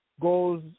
goes